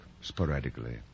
sporadically